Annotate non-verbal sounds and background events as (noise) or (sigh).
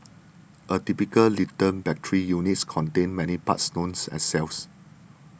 a typical lithium battery unit contains many parts known (noise) as cells